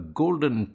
golden